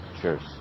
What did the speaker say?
Cheers